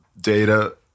data